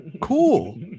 Cool